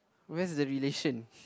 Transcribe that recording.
where's the relation